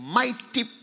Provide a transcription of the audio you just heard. mighty